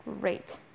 great